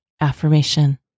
AFFIRMATION